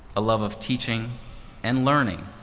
a love of teaching and learning,